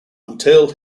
until